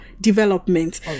development